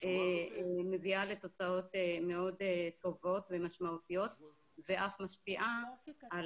מביא לתוצאות מאוד טובות ומשמעותיות ואף משפיע על